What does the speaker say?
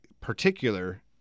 particular